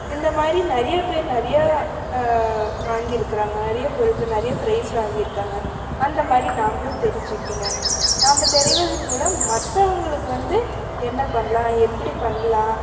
இந்த மாதிரி நிறைய பேர் நிறைய வாங்கிருக்கிறாங்க நிறைய பொருட்க நிறைய ப்ரைஸ் வாங்கிருக்காங்க அந்த மாதிரி நாம்மளும் தெரிஞ்சுக்கிணும் நம்ம தெரிவதன் மூலம் மற்றவுங்களுக்கு வந்து என்ன பண்ணலாம் எப்படி பண்ணலாம்